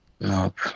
Nope